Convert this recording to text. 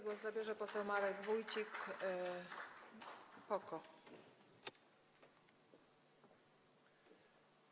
Głos zabierze poseł Marek Wójcik, PO-KO.